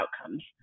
outcomes